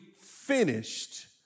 finished